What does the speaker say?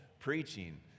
Preaching